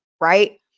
right